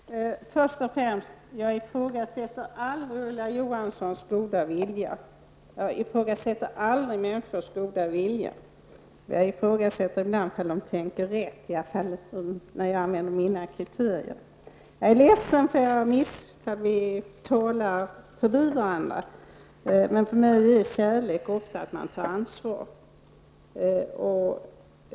Herr talman! Först och främst ifrågasätter jag aldrig Ulla Johanssons goda vilja. Jag ifrågasätter aldrig människors goda vilja. Jag ifrågasätter ibland om de tänker rätt, i alla fall när jag använder mina kriterier. Jag är ledsen om vi talar förbi varandra. Men för mig är kärlek ofta att man tar ansvar.